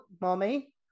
mommy